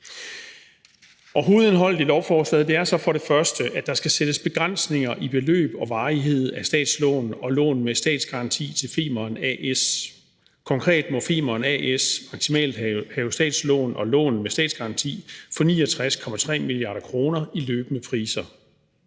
Hovedindholdet i lovforslaget er så for det første, at der skal sættes begrænsninger i beløb og varighed af statslån og lån med statsgaranti til Femern A/S. Konkret må Femern A/S maksimalt have statslån og lån med statsgaranti for 69,3 mia. kr. i løbende priser.